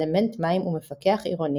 אלמנט מים ומפקח עירוני,